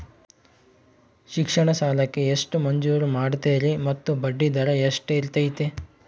ಶಿಕ್ಷಣ ಸಾಲಕ್ಕೆ ಎಷ್ಟು ಮಂಜೂರು ಮಾಡ್ತೇರಿ ಮತ್ತು ಬಡ್ಡಿದರ ಎಷ್ಟಿರ್ತೈತೆ?